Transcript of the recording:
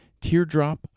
Teardrop